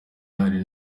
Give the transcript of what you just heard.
hari